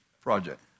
project